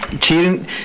Cheating